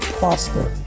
prosper